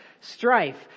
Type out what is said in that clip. strife